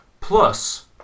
Plus